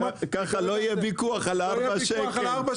וככה לא יהיה ויכוח על 4 שקלים.